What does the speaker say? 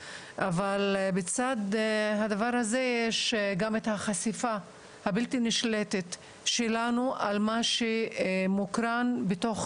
אבל בצד הדבר הזה יש גם את החשיפה הבלתי נשלטת שלנו על מה שמוקרן בתוך